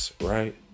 right